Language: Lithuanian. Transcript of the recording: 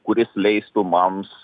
kuris leistų mums